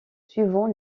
suivants